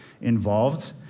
involved